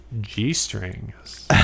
g-strings